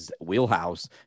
wheelhouse